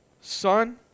Son